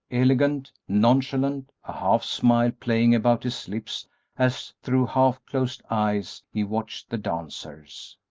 elegant, nonchalant a half-smile playing about his lips as through half-closed eyes he watched the dancers.